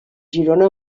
girona